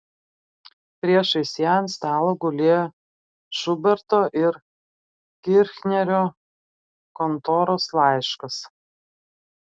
priešais ją ant stalo gulėjo šuberto ir kirchnerio kontoros laiškas